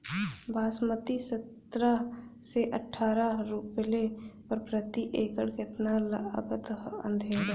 बासमती सत्रह से अठारह रोपले पर प्रति एकड़ कितना लागत अंधेरा?